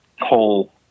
whole